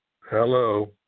Hello